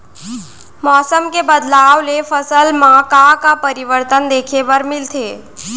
मौसम के बदलाव ले फसल मा का का परिवर्तन देखे बर मिलथे?